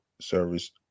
Service